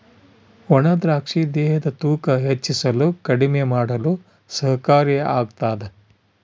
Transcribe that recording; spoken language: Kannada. ಒಣ ದ್ರಾಕ್ಷಿ ದೇಹದ ತೂಕ ಹೆಚ್ಚಿಸಲು ಕಡಿಮೆ ಮಾಡಲು ಸಹಕಾರಿ ಆಗ್ತಾದ